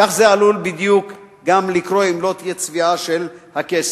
כך עלול גם לקרות אם לא תהיה צביעה של הכסף.